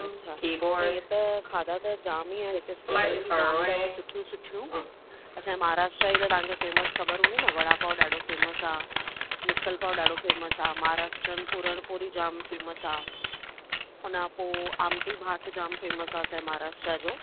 अच्छा न ईअं त खाधा त जाम ई आहे हिते जॻहियूं बि जाम अथव सुठियूं सुठियूं असांजे महाराष्ट्र जे हिते फेमस ख़बर हूंदी न वड़ा पाव ॾाढो फेमस आहे मिसल पाव ॾाढो फेमस आहे महाराष्ट्रनि पुरण पोली जाम फेमस आहे हुनखां पोइ आमटी भात जाम फेमस आहे असांजे महाराष्ट्र जो